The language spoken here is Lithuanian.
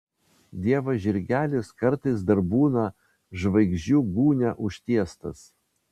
dievo žirgelis kartais dar būna žvaigždžių gūnia užtiestas